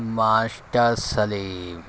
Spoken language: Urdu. ماسٹر سلیم